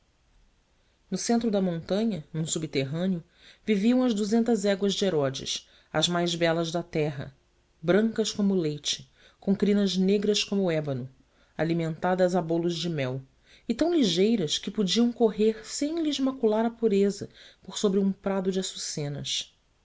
no centro da montanha num subterrâneo viviam as duzentas éguas de herodes as mais belas da terra brancas como o leite com crinas negras como o ébano alimentadas a bolos de mel e tão ligeiras que podiam correr sem lhes macular a pureza por sobre um prado de açucenas